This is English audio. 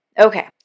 Okay